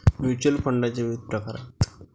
mutual फंडाचे विविध प्रकार आहेत